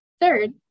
Third